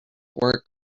work